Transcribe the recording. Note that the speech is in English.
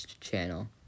channel